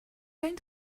going